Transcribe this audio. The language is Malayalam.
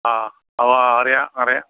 ആ അത് ആ അറിയാം അറിയാം